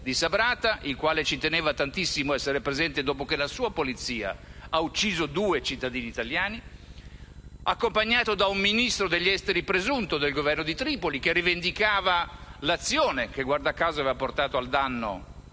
lo sia), il quale ci teneva tantissimo ad essere presente, dopo che la sua polizia ha ucciso due cittadini italiani, accompagnato da un Ministro degli affari esteri presunto del Governo di Tripoli, che rivendicava l'azione che guarda caso aveva portato al danno